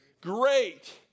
Great